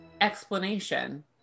explanation